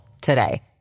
today